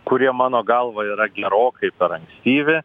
kurie mano galva yra gerokai per ankstyvi